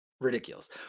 Ridiculous